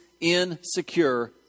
insecure